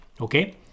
Okay